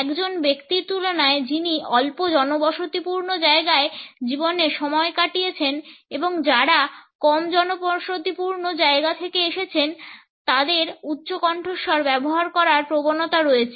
একজন ব্যক্তির তুলনায় যিনি অল্প জনবসতিপূর্ণ জায়গায় জীবনে সময় কাটিয়েছেন এবং যারা কম জনবসতিপূর্ণ জায়গা থেকে এসেছেন তাদের উচ্চ কণ্ঠস্বর ব্যবহার করার প্রবণতা রয়েছে